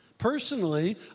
Personally